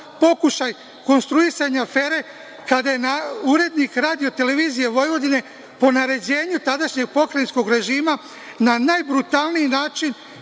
pokušaj konstruisane afere, kada je urednik Radio-televizije Vojvodine po naređenju tadašnjeg pokrajinskog režima na najbrutalniji način